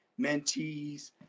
mentees